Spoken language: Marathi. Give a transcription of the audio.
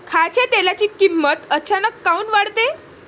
खाच्या तेलाची किमत अचानक काऊन वाढते?